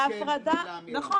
והנה אמרנו: לא,